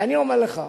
ואני אומר לך,